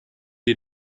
die